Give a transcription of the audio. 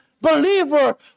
believer